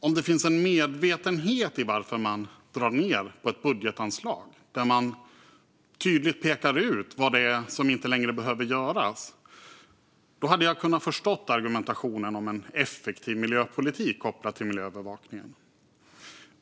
Om det finns en medvetenhet om varför man drar ned i ett budgetanslag och att man tydligt pekar ut vad som inte längre behöver göras hade jag kunnat förstå argumentationen om en effektiv miljöpolitik kopplad till miljöövervakningen.